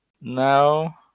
now